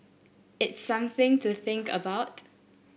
it's something to think about